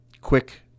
quick